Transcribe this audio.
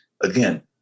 again